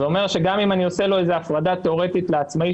זאת אומרת שגם אם אני עושה לו איזה הפרדה תיאורטית לעצמאי,